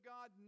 God